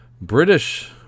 British